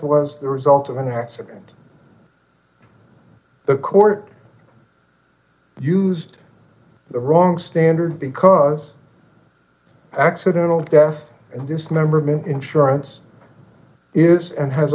was the result of an accident the court used the wrong standard because accidental death and dismemberment insurance is and has